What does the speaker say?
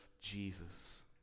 Jesus